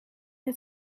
het